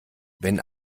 wenn